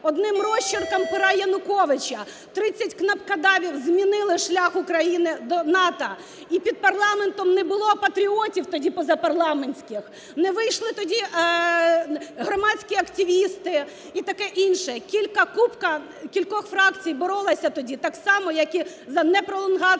одним розчерком пера Януковича 30 кнопкодавів змінили шлях України до НАТО. І під парламентом не було патріотів тоді позапарламентських, не вийшли тоді громадські активісти і таке інше. Кілька… купка кількох фракцій боролася тоді так само, як і за непролонгацію